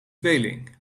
tweeling